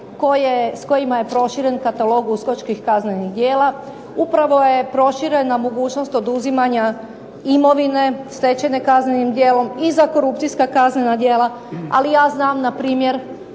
s kojima je proširen katalog uskočkih kaznenih djela, upravo je proširena mogućnost oduzimanja imovine stečene kaznenim djelom i za korupcijska kaznena djela. Ali ja znam npr.